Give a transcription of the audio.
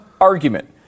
Argument